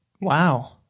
Wow